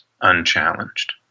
unchallenged